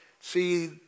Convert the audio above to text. see